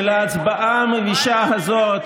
ותמיטו על עצמכם את הקלון של ההצבעה המבישה הזאת,